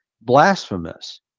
blasphemous